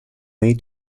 may